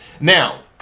Now